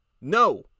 No